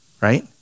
right